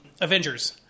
Avengers